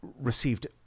received